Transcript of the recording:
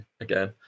again